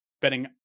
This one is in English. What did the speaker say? betting